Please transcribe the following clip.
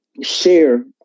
share